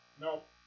Nope